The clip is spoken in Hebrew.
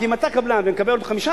כי אם אתה קבלן ומקבל עוד 5%,